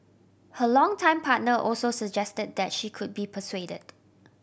her longtime partner also suggested that she could be persuaded